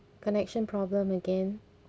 connection problem again